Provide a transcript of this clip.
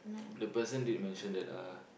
the person did mention that uh